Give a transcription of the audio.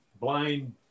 blind